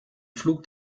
flug